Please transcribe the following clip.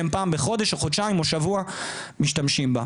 שהם פעם בחודש או חודשיים או שבוע משתמשים בה?